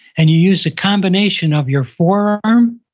and you used a combination of your forearm,